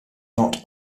not